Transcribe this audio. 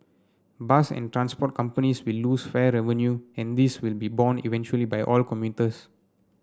bus and transport companies will lose fare revenue and this will be borne eventually by all commuters